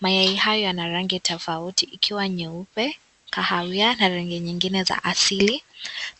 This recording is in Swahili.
Mayai haya yana rangi tofauti ikiwa nyeupe, kahawia na rangi nyingine za asili